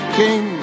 king